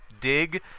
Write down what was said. dig